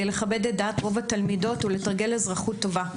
לכבד את דעת רוב התלמידות ולתרגל אזרחות טובה.